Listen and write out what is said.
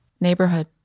neighborhood